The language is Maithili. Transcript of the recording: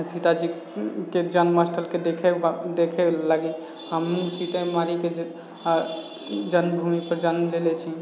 सीताजीके जन्म स्थलके देखे देखे लागि हमनी सीतेमढ़ीके जन्मभूमि पर जन्म लेले छी